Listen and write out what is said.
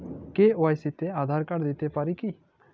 KYC তে Aadhaar card দিতে পারি কি?